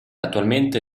attualmente